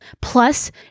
plus